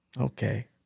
Okay